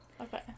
Okay